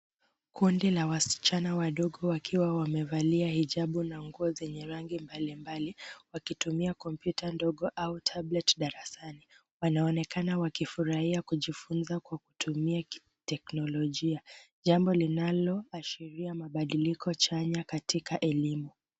Kundi la wasichana wadogo wakiwa wamevalia hijabu na nguo zenye rangi mbalimbali wakitumia kompyuta ndogo au tablet darasani. Wanaonekana wakifurahia kujifunza kwa kutumia teknolojia jambo linaloashiria mabadiliko chanya katika elimu.